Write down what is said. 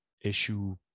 issue